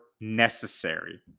necessary